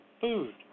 food